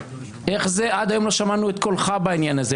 איך זה שעד היום לא שמענו את קולך בעניין הזה,